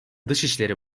dışişleri